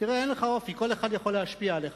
תראה, אין לך אופי, כל אחד יכול להשפיע עליך.